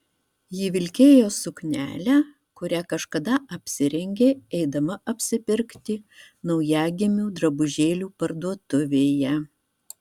ji vilkėjo suknelę kurią kažkada apsirengė eidama apsipirkti naujagimių drabužėlių parduotuvėje